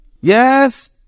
Yes